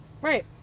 Right